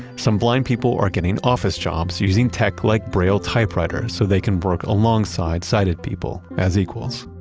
some blind people are getting office jobs using tech like braille typewriters so they can work alongside sighted people as equals.